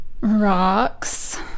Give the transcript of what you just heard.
rocks